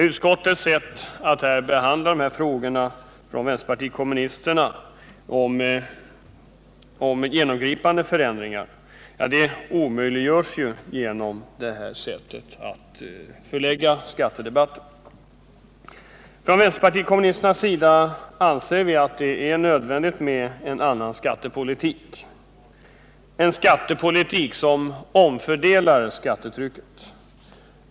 Utskottets sätt att behandla de genomgripande förändringar som vpk föreslagit och valet av tidpunkt för skattedebatten omöjliggör ett genomförande till det kommande skatteåret. Från vpk:s sida anser vi att det är nödvändigt med en annan skattepolitik. En skattepolitik som omfördelar skattetrycket.